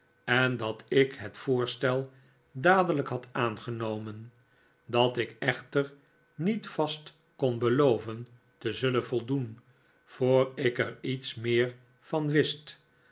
en dat ik het voorstel dadelijk had aangenomen dat ik echter niet vast kon beloven te zullen voldoen voor ik er iets meer van wist